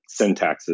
syntaxes